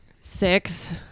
Six